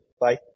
Bye